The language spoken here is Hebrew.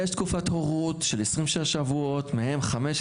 יש תקופת הורות של 26 מהם 15,